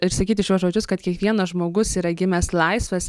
ir sakyti šiuos žodžius kad kiekvienas žmogus yra gimęs laisvas